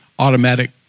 Automatic